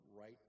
right